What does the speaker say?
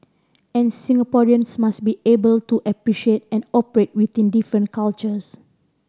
and Singaporeans must be able to appreciate and operate within different cultures